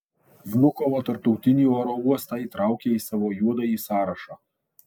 vnukovo tarptautinį oro uostą įtraukė į savo juodąjį sąrašą